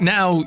Now